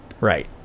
Right